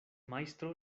majstro